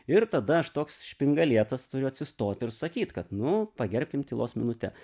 ir tada aš toks špingalietas turiu atsistot ir sakyt kad nu pagerbkim tylos minute